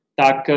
tak